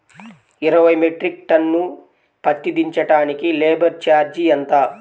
ఇరవై metric ton పత్తి దించటానికి లేబర్ ఛార్జీ ఎంత?